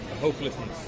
hopelessness